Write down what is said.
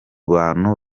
bantu